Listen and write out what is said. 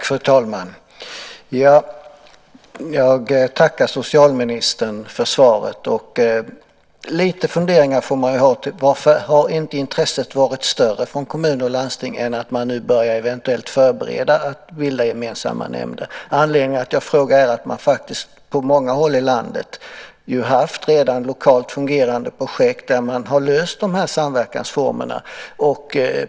Fru talman! Jag tackar socialministern för svaret. Lite funderingar får man ju ha: Varför har inte intresset varit större från kommuner och landsting än att man nu börjar eventuellt förbereda att bilda gemensamma nämnder? Anledningen till att jag frågar är att man faktiskt på många håll i landet ju redan haft fungerande projekt lokalt där man har löst de här samverkansformerna.